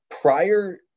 prior